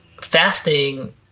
fasting